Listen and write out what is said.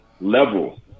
level